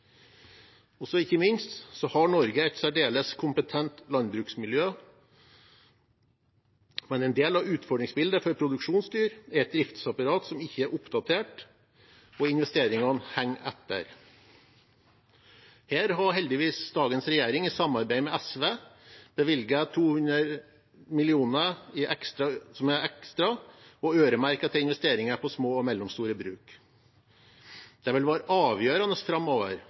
ikke minst: Norge har et særdeles kompetent landbruksmiljø. En del av utfordringsbildet for produksjonsdyr er et driftsapparat som ikke er oppdatert, og investeringene henger etter. Her har heldigvis dagens regjering i samarbeid med SV bevilget 200 mill. kr ekstra, øremerket til investeringer i små og mellomstore bruk. Det vil være avgjørende framover